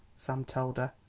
sam told her,